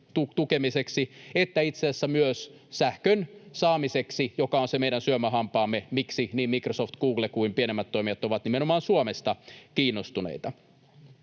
tukemiseksi, että itse asiassa myös sähkön saamiseksi, mikä on se meidän syömähampaamme, miksi niin Microsoft, Google kuin pienemmätkin toimijat ovat nimenomaan Suomesta kiinnostuneita.